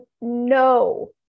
no